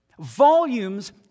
volumes